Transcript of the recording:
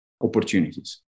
opportunities